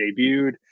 debuted